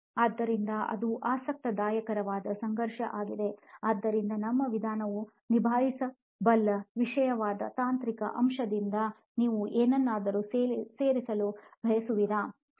ಆದ್ದರಿಂದ ಅದು ಆಸಕ್ತಿದಾಯಕರವಾದ ಸಂಘರ್ಷ ಆಗಿದೆ ಆದ್ದರಿಂದ ನಮ್ಮ ವಿಧಾನವನ್ನು ನಿಭಾಯಿಸಬಲ್ಲ ವಿಷಯವಾಗಿ ತಾಂತ್ರಿಕ ಅಂಶದಿಂದ ನೀವು ಏನಾದರೂ ಸೇರಿಸಲು ಬಯಸುವಿರಾ ಸುಪ್ರಾ